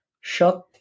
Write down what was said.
shut